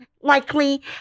likely